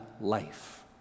life